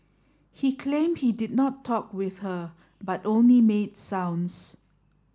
he claimed he did not talk with her but only made sounds